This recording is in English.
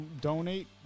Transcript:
donate